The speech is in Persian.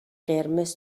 قرمز